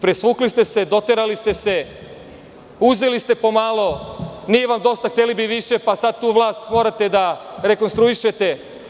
Presvukli ste, doterali ste se, uzeli ste po malo, nije vam dosta, hteli biste više, pa sad tu vlast morate da rekonstruišete.